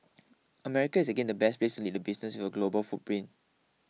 America is again the best place to lead a business with a global footprint